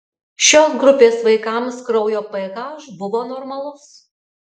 šios grupės vaikams kraujo ph buvo normalus